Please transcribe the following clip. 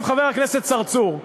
עכשיו, חבר הכנסת צרצור,